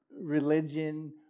religion